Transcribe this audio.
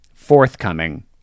forthcoming